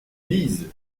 lisent